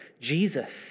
Jesus